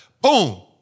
Boom